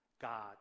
God